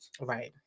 Right